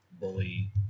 bully